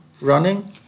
running